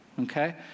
Okay